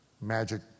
magic